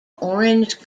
orange